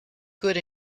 good